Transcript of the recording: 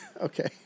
Okay